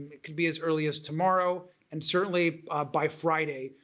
it could be as early as tomorrow and certainly by friday,